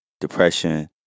depression